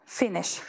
finish